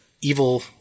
evil